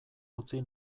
utzi